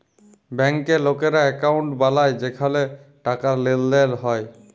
ব্যাংকে লকেরা একউন্ট বালায় যেখালে টাকার লেনদেল হ্যয়